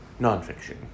nonfiction